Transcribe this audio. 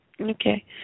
Okay